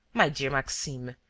my dear maxime.